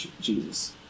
Jesus